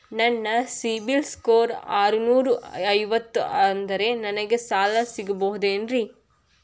ನನ್ನ ಸಿಬಿಲ್ ಸ್ಕೋರ್ ಆರನೂರ ಐವತ್ತು ಅದರೇ ನನಗೆ ಸಾಲ ಸಿಗಬಹುದೇನ್ರಿ?